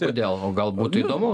kodėl o gal būtų įdomu